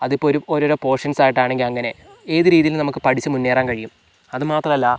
അതിപ്പോൾ ഒരു ഓരോരോ പോർഷൻസ് ആയിട്ടാണെങ്കിൽ അങ്ങനെ ഏത് രീതിയിലും നമുക്ക് പഠിച്ച് മുന്നേറാൻ കഴിയും അത് മാത്രല്ല